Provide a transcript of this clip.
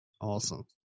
Awesome